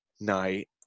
night